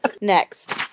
next